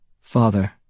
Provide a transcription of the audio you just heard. Father